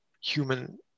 human